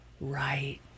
Right